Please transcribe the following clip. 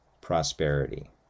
prosperity